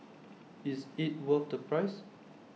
is IT worth the price